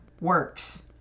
works